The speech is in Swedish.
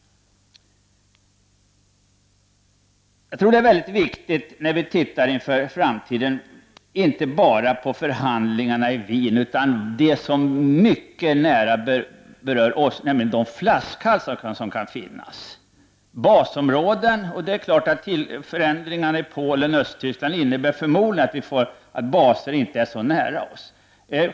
Jag tror att det är viktigt att vi inför framtiden ser inte bara på förhandlingarna i Wien utan också på något som mycket nära berör oss, nämligen de flaskhalsar som kan finnas. Vad gäller basområdena innebär förändringarna i Polen och Östtyskland förmodligen att baserna inte kommer att ligga så nära oss.